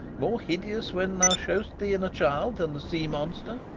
more hideous when thou show'st thee in a child than the sea-monster!